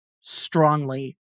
Strongly